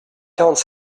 quarante